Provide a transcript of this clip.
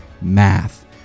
math